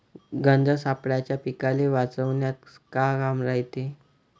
गंध सापळ्याचं पीकाले वाचवन्यात का काम रायते?